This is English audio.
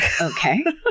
okay